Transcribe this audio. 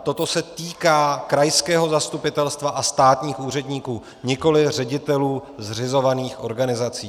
Toto se týká krajského zastupitelstva a státních úředníků, nikoliv ředitelů zřizovaných organizací.